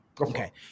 Okay